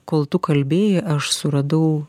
kol tu kalbėjai aš suradau